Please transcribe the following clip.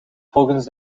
volgens